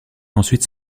ensuite